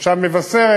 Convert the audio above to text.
כתושב מבשרת,